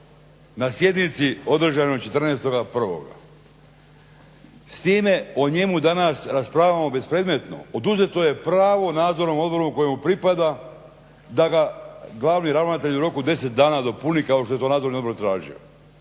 na sjednici održanoj 14.1. S time o njemu danas raspravljamo bespredmetno. Oduzeto je pravo Nadzornom odboru kojemu pripada da ga glavni ravnatelj u roku 10 dana dopuni kao što je to Nadzorni odbor tražio.